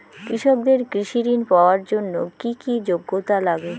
কৃষকদের কৃষি ঋণ পাওয়ার জন্য কী কী যোগ্যতা লাগে?